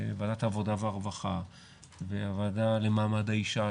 בוועדת העבודה והרווחה והוועדה למעמד האישה,